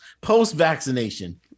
post-vaccination